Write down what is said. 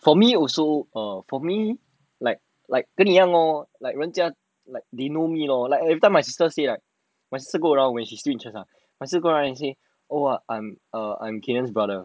for me also err for me like like 跟你一样 lor like 人家 like they know me lor like everytime my sister say like my sister go around when she is in church ah but still go around and say oh um I'm kayden brother